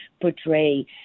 portray